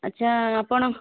ଆଚ୍ଛା ଆପଣ